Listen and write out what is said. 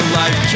life